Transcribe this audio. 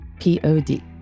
P-O-D